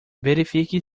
verifique